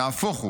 נהפוך הוא,